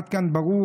עד כאן ברור?